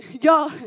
y'all